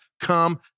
Come